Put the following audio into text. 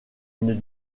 une